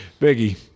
Biggie